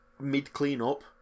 mid-clean-up